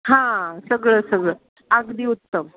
हां सगळं सगळं अगदी उत्तम